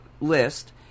list